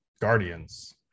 Guardians